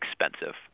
expensive